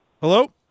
Hello